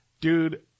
dude